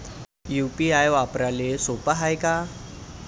UPI वापराले सोप हाय का?